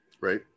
right